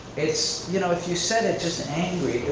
it's, you know if you said it just angry,